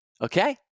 Okay